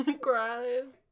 Crying